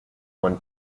one